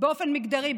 באופן מגדרי,